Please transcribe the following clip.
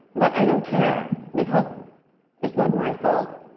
but, i don't care, because it's not my fault.